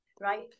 right